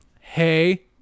Hey